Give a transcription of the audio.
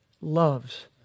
loves